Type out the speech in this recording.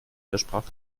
versprach